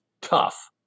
tough